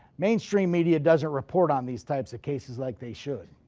mainstream media doesn't report on these types of cases like they should.